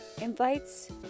invites